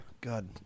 God